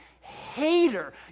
hater